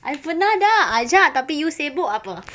I pernah dah ajak tapi you sibuk apa